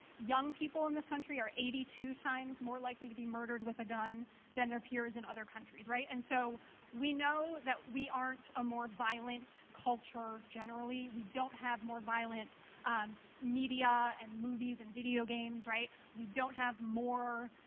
young people in this country are eighty two times more likely to be murdered with a gun than their peers in other countries, right? and so we know that we aren't a more violent culture, generally. we don't have more violent media and movies and video games, right? we don't have more